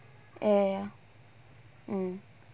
ya ya ya mm